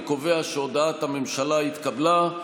אני קובע שהודעת הממשלה התקבלה.